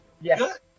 Yes